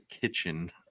kitchen